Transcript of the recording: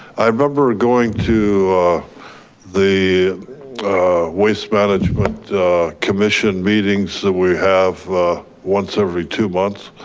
i remember going to the waste management commission meetings that we have once every two months.